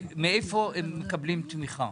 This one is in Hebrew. מהיכן הם מקבלים תמיכה.